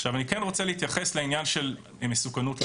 עכשיו אני רוצה להתייחס לעניין של מסוכנות לציבור.